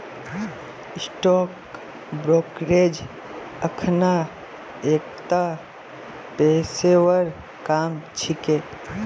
stock brokerage अखना एकता पेशेवर काम छिके